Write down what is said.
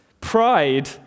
Pride